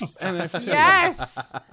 Yes